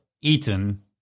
eaten